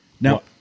Now